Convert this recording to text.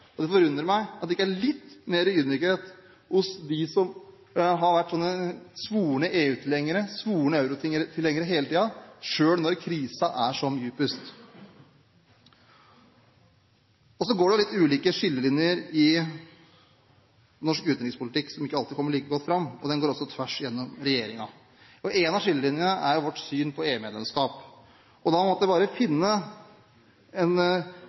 litt mer ydmykhet hos dem som hele tiden har vært svorne EU-tilhengere, svorne eurotilhengere, når krisen er som dypest. Så går det litt ulike skillelinjer i norsk utenrikspolitikk som ikke alltid kommer like godt fram, og de går også tvers igjennom regjeringen. Én av skillelinjene er vårt syn på EU-medlemskap. Da måtte jeg bare